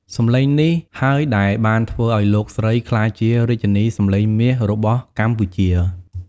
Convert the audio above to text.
សំឡេងនេះហើយដែលបានធ្វើឲ្យលោកស្រីក្លាយជា រាជិនីសំឡេងមាស របស់កម្ពុជា។